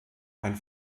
ein